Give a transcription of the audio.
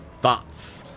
thoughts